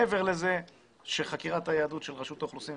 מעבר לזה שחקירת היהדות של רשות האוכלוסין,